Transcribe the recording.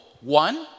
One